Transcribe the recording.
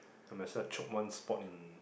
I might as well chop one spot in